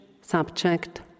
subject